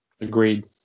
Agreed